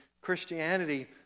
Christianity